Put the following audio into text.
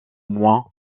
moins